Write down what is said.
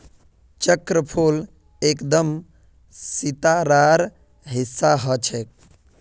चक्रफूल एकदम सितारार हिस्सा ह छेक